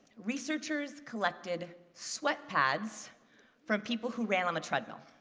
researchers collected sweat pads from people who ran on a treadmill.